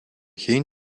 geen